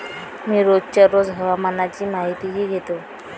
मी रोजच्या रोज हवामानाची माहितीही घेतो